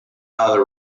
other